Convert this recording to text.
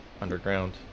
underground